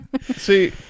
See